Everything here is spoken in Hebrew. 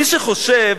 מי שחושב